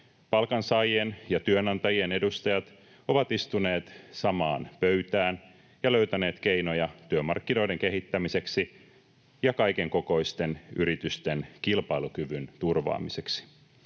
Palkansaajien ja työnantajien edustajat ovat istuneet samaan pöytään ja löytäneet keinoja työmarkkinoiden kehittämiseksi ja kaikenkokoisten yritysten kilpailukyvyn turvaamiseksi.